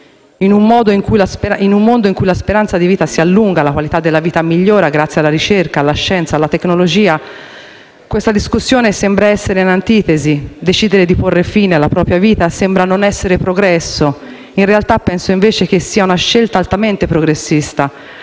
In un mondo in cui la speranza di vita si allunga, la qualità della vita migliora grazie alla ricerca, alla scienza e alla tecnologia, questa discussione sembra essere in antitesi: decidere di porre fine alla propria vita sembra non essere progresso, ma in realtà penso sia una scelta altamente progressista